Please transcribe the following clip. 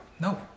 no